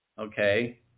okay